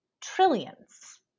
trillions